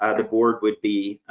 ah the board would be,